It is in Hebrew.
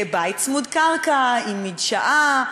בית צמוד-קרקע עם מדשאה,